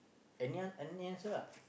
any any answer ah